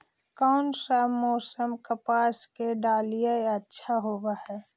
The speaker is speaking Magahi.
कोन सा मोसम कपास के डालीय अच्छा होबहय?